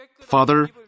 Father